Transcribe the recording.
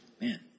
man